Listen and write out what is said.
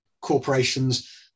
corporations